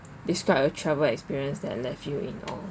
describe your travel experience that left you in awe